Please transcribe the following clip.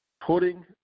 putting